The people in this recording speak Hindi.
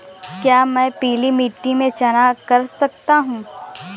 क्या मैं पीली मिट्टी में चना कर सकता हूँ?